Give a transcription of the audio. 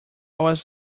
was